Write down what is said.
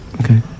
Okay